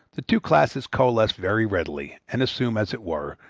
the two classes coalesce very readily, and assume, as it were,